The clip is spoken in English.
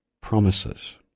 promises